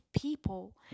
people